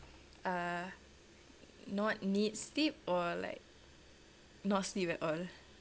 ah not need sleep or like not sleep at all